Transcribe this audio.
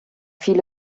viele